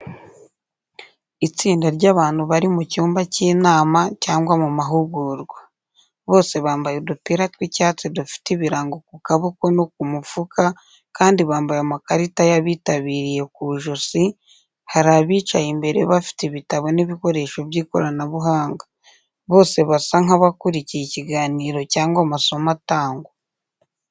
Itsinda ry'abantu bari mu cyumba cy'inama cyangwa mu mahugurwa. Bose bambaye udupira tw'icyatsi dufite ibirango ku kaboko no ku mufuka kandi bambaye amakarita y'abitabiriye ku ijosi, hari abicaye imbere bafite ibitabo n'ibikoresho by'ikoranabuhanga. Bose basa nk'abakurikiye ikiganiro cyangwa amasomo atangwa.